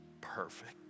perfect